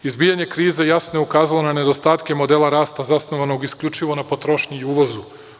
Izbijanje kriza jasno je ukazalo na nedostatke modela rasta zasnovanog isključivo na potrošnji i uvozu.